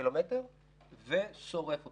-- ושורף אותו.